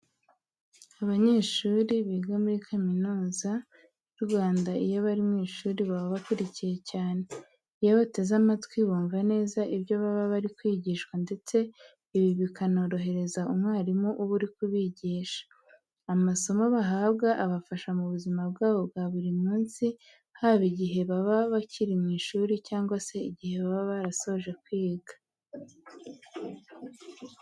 Abanyeshuri biga muri Kaminuza y'u Rwanda iyo bari mu ishuri baba bakurikiye cyane. Iyo bateze amatwi, bumva neza ibyo baba bari kwigishwa ndetse ibi bikanorohereza umwarimu uba uri kubigisha. Amasomo bahabwa abafasha mu buzima bwabo bwa buri munsi haba igihe baba bakiri mu ishuri cyangwa se igihe baba barasoje kwiga.